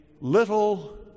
little